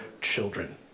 children